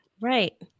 Right